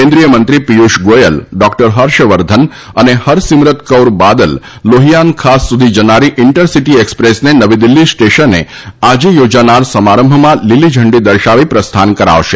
કેન્દ્રીય મંત્રી પિયુષ ગોયલ ડોક્ટર હર્ષવર્ધન અને ફરસિમરત કૌર બાદલ લોહિયાન ખાસ સુધી જનારી ઈન્ટરસિટી એક્સપ્રેસને નવી દિલ્હી રેલવે સ્ટેશને આજે યોજાનાર સમારંભમાં લીલી ઝંડી દર્શાવી પ્રસ્થાન કરાવશે